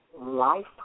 life